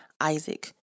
Isaac